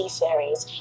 series